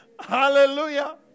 Hallelujah